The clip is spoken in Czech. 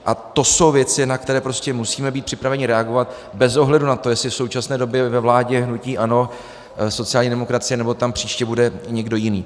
A to jsou věci, na které prostě musíme být připraveni reagovat bez ohledu na to, jestli je v současné době ve vládě hnutí ANO, sociální demokracie, nebo tam příště bude někdo jiný.